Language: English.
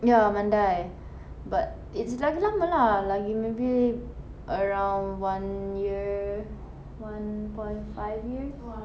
ya mandai but it's lagi lama lah lagi maybe around one year one point five years